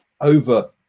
over